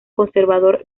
conservador